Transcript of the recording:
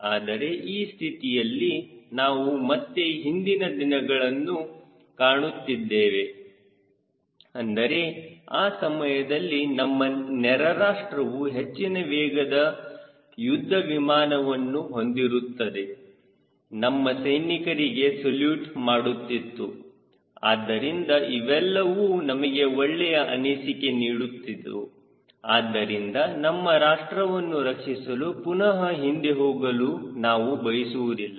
ಆದರೆ ಈ ಸ್ಥಿತಿಯಲ್ಲಿ ನಾವು ಮತ್ತೆ ಹಿಂದಿನ ದಿನಗಳನ್ನು ಕಾಣುತ್ತಿದ್ದೇವೆ ಅಂದರೆ ಆ ಸಮಯದಲ್ಲಿ ನಮ್ಮ ನೆರ ರಾಷ್ಟ್ರವು ಹೆಚ್ಚಿನ ವೇಗದ ಯುದ್ಧವಿಮಾನವನ್ನು ಹೊಂದಿರುತ್ತಿತ್ತು ನಮ್ಮ ಸೈನಿಕರಿಗೆ ಸಲ್ಯೂಟ್ ಮಾಡುತ್ತಿತ್ತು ಆದ್ದರಿಂದ ಇವೆಲ್ಲವೂ ನಮಗೆ ಒಳ್ಳೆಯ ಅನಿಸಿಕೆ ನೀಡುತ್ತಿತ್ತು ಆದ್ದರಿಂದ ನಮ್ಮ ರಾಷ್ಟ್ರವನ್ನು ರಕ್ಷಿಸಲು ಪುನಹ ಹಿಂದೆ ಹೋಗಲು ನಾವು ಬಯಸುವುದಿಲ್ಲ